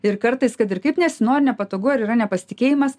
ir kartais kad ir kaip nesinori nepatogu ar yra nepasitikėjimas